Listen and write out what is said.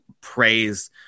praise